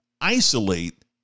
Isolate